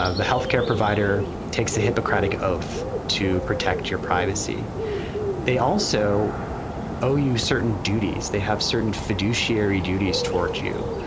ah the health care provider takes a hippocratic oath to protect your privacy they also owe you certain duties. they have certain fiduciary duties towards you.